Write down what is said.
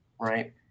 right